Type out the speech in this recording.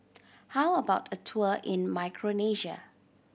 how about a tour in Micronesia